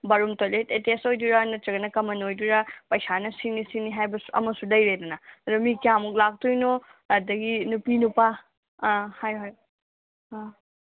ꯕꯥꯠꯔꯨꯝ toilet attach ꯑꯣꯏꯗꯣꯏꯔ ꯅꯠꯇ꯭ꯔꯒꯅ common ꯑꯣꯏꯗꯣꯏꯔ ꯄꯩꯁꯥꯅ ꯁꯤꯅꯤ ꯁꯤꯅꯤ ꯍꯥꯏꯕꯁꯨ ꯑꯃꯁꯨ ꯂꯩꯔꯦꯗꯅ ꯑꯗꯨ ꯃꯤ ꯀꯌꯥꯃꯨꯛ ꯂꯥꯛꯇꯣꯏꯅꯣ ꯑꯗꯒꯤ ꯅꯨꯄꯤ ꯅꯨꯄꯥ ꯑꯥ ꯍꯥꯏꯌꯣ ꯍꯥꯏꯌꯣ ꯑꯥ